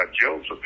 Joseph